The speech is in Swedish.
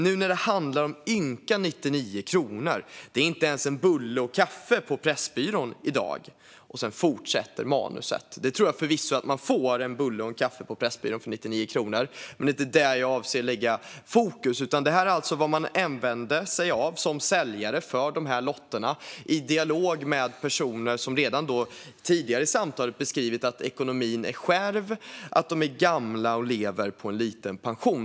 nu när det handlar om ynka 99 kronor - det är inte ens en bulle och kaffe på pressbyrån i dag." Sedan fortsätter manuset. Jag tror att man förvisso får bulle och kaffe på Pressbyrån för 99 kronor, men det är inte på det jag avser att lägga fokus. Detta är alltså vad man använder sig av som säljare av dessa lotter i dialog med personer som tidigare i samtalet beskrivit att ekonomin är svag och att de är gamla och lever på låg pension.